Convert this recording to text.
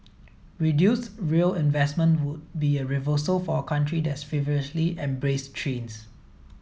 reduced rail investment would be a reversal for a country that's feverishly embraced trains